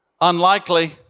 Unlikely